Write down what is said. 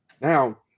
Now